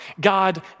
God